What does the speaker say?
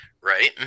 right